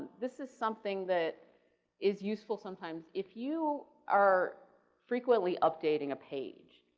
this is something that is useful sometimes. if you are frequently updating a page,